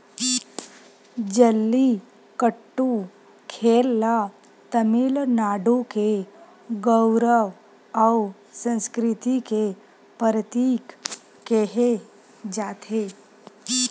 जल्लीकट्टू खेल ल तमिलनाडु के गउरव अउ संस्कृति के परतीक केहे जाथे